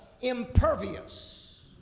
impervious